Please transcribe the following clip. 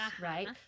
Right